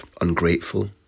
ungrateful